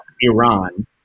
Iran